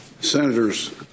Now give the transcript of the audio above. Senators